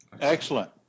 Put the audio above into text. excellent